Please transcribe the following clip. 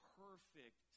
perfect